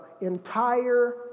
entire